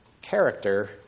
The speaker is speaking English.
character